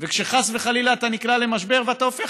וכשחס וחלילה אתה נקלע למשבר ואתה הופך